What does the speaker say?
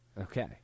okay